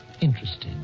interested